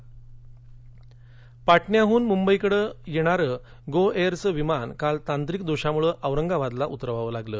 विमान पाटण्याहून मुंबईकडे येणारं गो एअरचं विमान काल तांत्रिक दोषामुळे औरंगाबादला उतरवावं लागलं